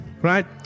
right